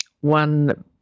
one